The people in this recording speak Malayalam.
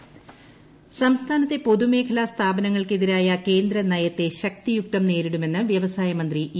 പൊതുമേഖല സംരക്ഷണം സംസ്ഥാനത്തെ പൊതുമേഖലാ സ്ഥാപനങ്ങൾക്കെതിരായ കേന്ദ്ര നയത്തെ ശക്തിയുക്തം നേരിടുമെന്ന് വ്യവസായ മന്ത്രി ഇ